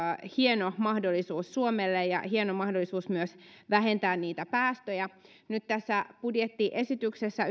hieno mahdollisuus suomelle ja hieno mahdollisuus myös vähentää päästöjä ymmärtääkseni nyt tässä budjettiesityksessä